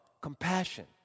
compassion